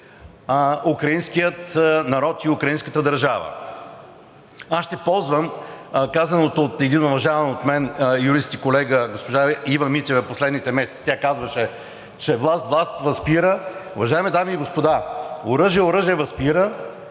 украинския народ и украинската държава. Аз ще ползвам казаното от един уважаван от мен юрист и колега – госпожа Ива Митева, в последните месеци. Тя казваше, че власт власт възпира. Уважаеми дами и господа, оръжие оръжие възпира